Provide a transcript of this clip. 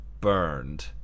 burned